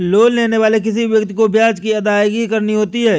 loan लेने वाले किसी भी व्यक्ति को ब्याज की अदायगी करनी होती है